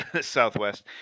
Southwest